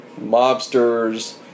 mobsters